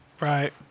Right